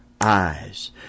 eyes